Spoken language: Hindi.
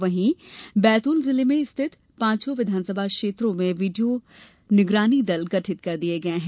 वही बैतूल जिले में स्थित पांचों विधानसभा निर्वाचन क्षेत्रों में वीडियो निगरानी दल गठित किए गए हैं